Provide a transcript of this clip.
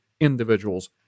individuals